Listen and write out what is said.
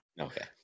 Okay